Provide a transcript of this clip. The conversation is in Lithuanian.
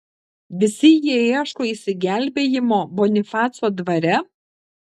visi jie ieško išsigelbėjimo bonifaco dvare